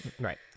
Right